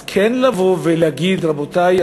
אז כן לבוא ולהגיד: רבותי,